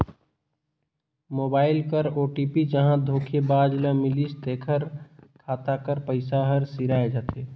mobile कर OTP जहां धोखेबाज ल मिलिस तेकर खाता कर पइसा हर सिराए जाथे